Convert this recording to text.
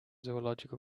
zoological